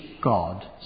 God